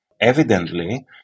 evidently